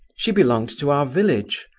she belonged to our village.